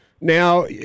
Now